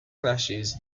clashes